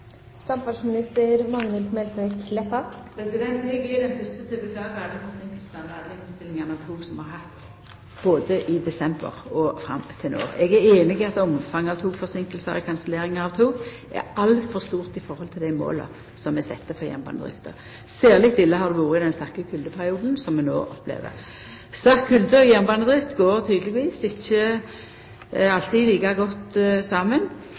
som vi har hatt i desember og fram til no. Eg er samd i at omfanget av togforseinkingar og kanselleringar av tog er altfor stort i forhold til dei måla som er sette for jernbanedrifta. Særleg ille har det vore i den sterke kuldeperioden som vi no opplever. Sterk kulde og jernbanedrift går tydelegvis ikkje alltid like godt saman.